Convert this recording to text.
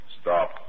Stop